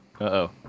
Uh-oh